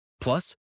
Plus